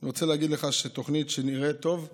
אני רוצה להגיד לך שזאת תוכנית שנראית טוב,